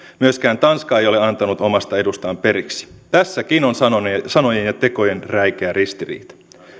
myöskään tanska ei ole antanut omasta edustaan periksi tässäkin on sanojen ja tekojen räikeä ristiriita